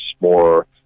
more